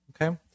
Okay